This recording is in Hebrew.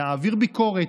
להעביר ביקורת,